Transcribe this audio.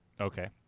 Okay